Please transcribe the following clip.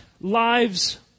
lives